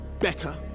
better